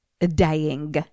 dying